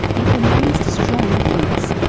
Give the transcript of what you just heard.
it remains a strong influence,